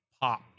pop